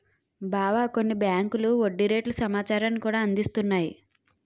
బావా కొన్ని బేంకులు వడ్డీ రేట్ల సమాచారాన్ని కూడా అందిస్తున్నాయి